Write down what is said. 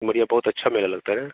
सिमरिया बहुत अच्छा मेला लगता है